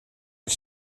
als